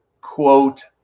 quote